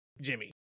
jimmy